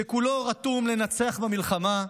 שכולו רתום לנצח במלחמה.